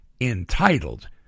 entitled